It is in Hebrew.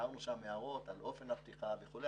הערנו שם הערות על אופן הפתיחה וכו'.